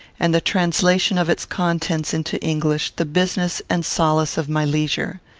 and the translation of its contents into english, the business and solace of my leisure.